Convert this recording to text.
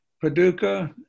Paducah